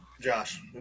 Josh